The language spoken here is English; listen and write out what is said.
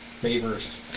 favors